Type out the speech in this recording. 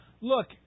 look